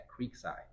Creekside